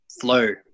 flow